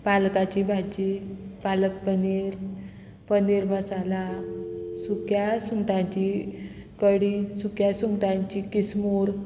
पालकाची भाजी पालक पनीर पनीर मसाला सुक्या सुंगटांची कडी सुक्या सुंगटांची किसमूर